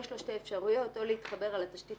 יש לו שתי אפשרויות או להתחבר על התשתית